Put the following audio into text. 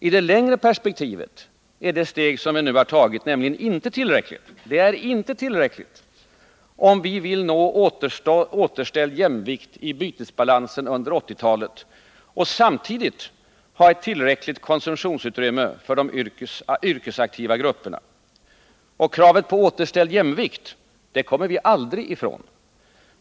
I det längre perspektivet är det steg vi nu har tagit inte tillräckligt, om vi vill nå återställd jämvikt i bytesbalansen under 1980-talet och samtidigt ha ett tillräckligt konsumtionsutrymme för de yrkesaktiva grupperna. Och kravet på återställd jämvikt kommer vi aldrig ifrån.